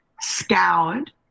scoured